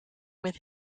with